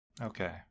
Okay